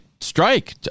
strike